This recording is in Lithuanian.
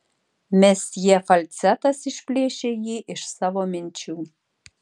mesjė falcetas išplėšė jį iš savo minčių